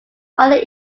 other